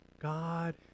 God